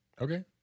Okay